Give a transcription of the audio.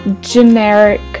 generic